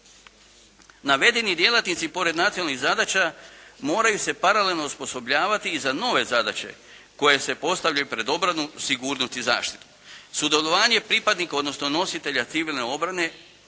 Navedeni djelatnici pored nacionalnih zadaća moraju se paralelno osposobljavati i za nove zadaće koje se postavljaju pred obranu, sigurnost i zaštitu. Sudjelovanje pripadnika odnosno nositelja civilne obrane